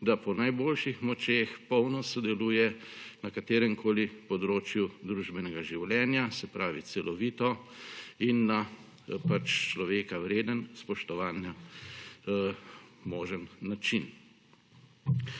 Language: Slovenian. da po najboljših močeh polno sodeluje na kateremkoli področju družbenega življenja; se pravi, celovito in na človeka vreden, spoštovanja možen način.